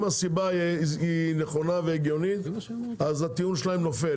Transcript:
אם הסיבה היא נכונה והגיונית אז הטיעון שלהם נופל.